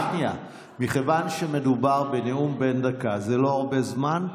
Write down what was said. מכיוון שמדובר בנאום בן דקה, זה לא הרבה זמן,